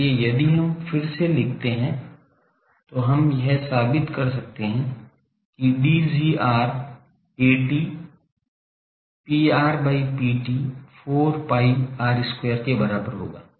इसलिए यदि हम फिर से लिखते हैं तो हम यह साबित कर सकते हैं कि Dgr At Pr by Pt 4 pi R square के बराबर होगा